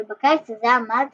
אבל בקיץ הזה עמד